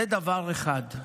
זה דבר אחד.